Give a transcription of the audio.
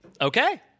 Okay